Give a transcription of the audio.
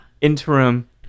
Interim